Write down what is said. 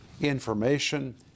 information